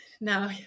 Now